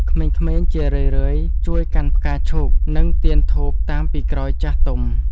ក្មេងៗជារឿយៗជួយកាន់ផ្កាឈូក និងទៀនធូបតាមពីក្រោយចាស់ទុំ។